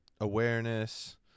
awareness